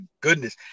goodness